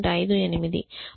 58